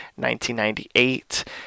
1998